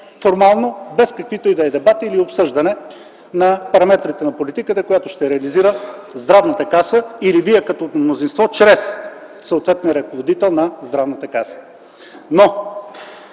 формално, без каквито и да било дебати или обсъждане на параметрите на политиката, която ще реализира Националната здравноосигурителна каса или вие като мнозинство чрез съответния ръководител на Здравната каса.